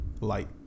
Light